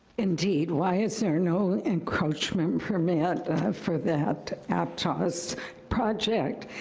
indeed, why is there no encroachment permit for that aptos project,